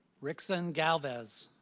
rickson galvez.